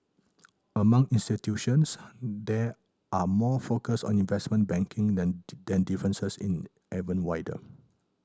among institutions that are more focused on investment banking difference is even wider